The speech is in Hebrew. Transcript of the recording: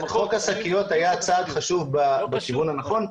ובאמת חוק השקיות היה צעד חשוב בכיוון הנכון,